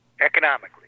economically